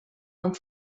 amb